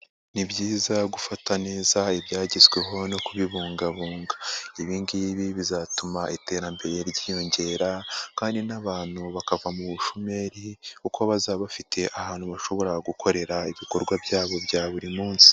Ni byiza gufata neza ibyagezweho no kubibungabunga, ibi ngibi bizatuma iterambere ryiyongera kandi n'abantu bakava mu bushomeri kuko bazaba bafite ahantu bashobora gukorera ibikorwa byabo bya buri munsi.